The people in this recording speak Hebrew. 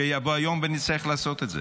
שיבוא היום ונצטרך לעשות את זה,